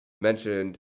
mentioned